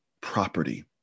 property